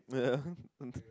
yeah